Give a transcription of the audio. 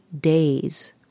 days